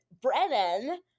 Brennan